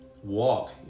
walk